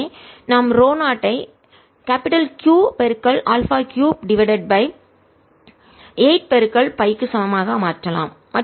எனவே நாம் ρ0 ஐ Q α 3 டிவைடட் பை 8 pi க்கு சமமாக மாற்றலாம்